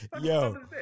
Yo